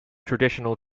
traditional